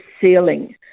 ceiling